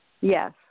Yes